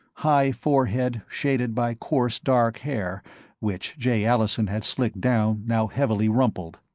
high forehead shaded by coarse dark hair which jay allison had slicked down now heavily rumpled.